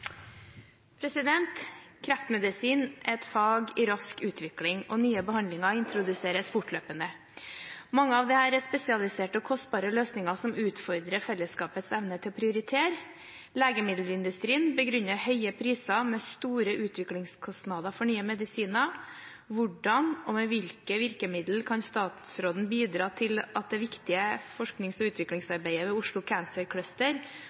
nye behandlinger introduseres fortløpende. Mange av disse er spesialiserte og kostbare løsninger som utfordrer fellesskapets evne til å prioritere. Legemiddelindustrien begrunner høye priser med store utviklingskostnader for nye medisiner. Hvordan og med hvilke virkemidler kan statsråden bidra til at det viktige FoU-arbeidet ved Oslo Cancer Cluster